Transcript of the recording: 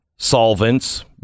Solvents